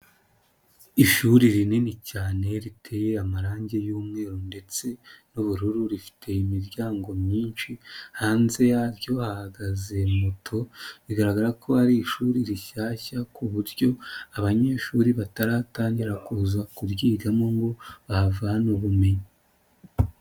Ishuri rinini cyane riteye amarangi y'umweru ndetse n'ubururu, rifite imiryango myinshi . Hanze yaryo hahagaze moto, bigaragara ko ari ishuri rishyashya ku buryo abanyeshuri bataratangira kuza kuryigamo ngo bahavane ubumenyi.